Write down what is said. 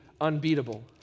unbeatable